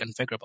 configurable